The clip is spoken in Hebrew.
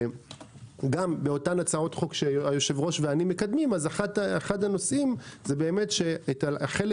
גם בהצעות החוק שהיושב-ראש ואני מקדמים אחד הנושאים זה שהחלק